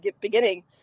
beginning